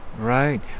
Right